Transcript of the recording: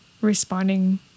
responding